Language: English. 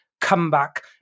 comeback